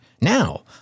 Now